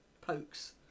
pokes